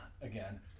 again